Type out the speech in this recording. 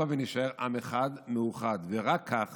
הבה נישאר עם אחד, מאוחד, ורק כך